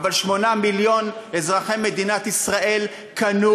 אבל 8 מיליון אזרחי מדינת ישראל קנו